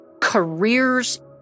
careers